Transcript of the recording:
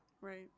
right